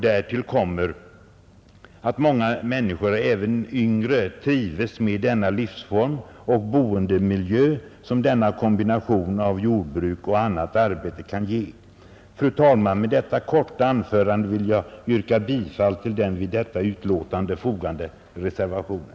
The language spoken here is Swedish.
Härtill kommer att många människor, även yngre, trivs med den livsform och den boendemiljö som denna kombination av jordbruk och annat arbete kan ge. Fru talman! Med detta korta anförande vill jag yrka bifall till den vid detta utskottsbetänkande fogade reservationen.